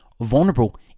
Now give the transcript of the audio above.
vulnerable